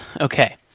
Okay